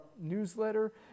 newsletter